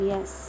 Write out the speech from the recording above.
Yes